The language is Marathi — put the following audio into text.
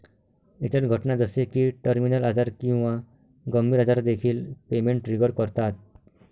इतर घटना जसे की टर्मिनल आजार किंवा गंभीर आजार देखील पेमेंट ट्रिगर करतात